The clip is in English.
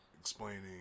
Explaining